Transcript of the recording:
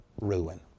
ruin